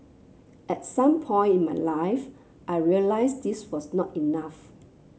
at some point in my life I realised this was not enough